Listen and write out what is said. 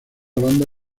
banda